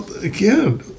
Again